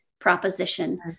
proposition